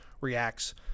reacts